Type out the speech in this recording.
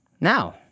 Now